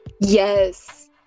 Yes